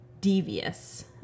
devious